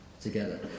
together